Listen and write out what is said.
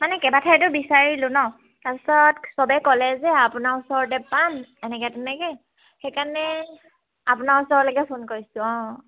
মানে কেইবাঠাইতো বিচাৰিলোঁ ন তাৰপিছত চবেই ক'লে যে আপোনাৰ ওচৰতে পাম এনেকে তেনেকে সেইকাৰণে আপোনাৰ ওচৰলৈকে ফোন কৰিছোঁ অঁ